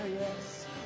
yes